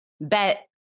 bet